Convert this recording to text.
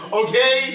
okay